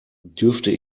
dürfte